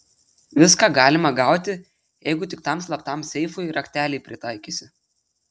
viską galima gauti jeigu tik tam slaptam seifui raktelį pritaikysi